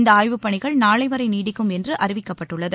இந்த ஆய்வுப் பணிகள் நாளை வரை நீடிக்கும் என்று அறிவிக்கப்பட்டுள்ளது